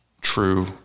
true